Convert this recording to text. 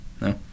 No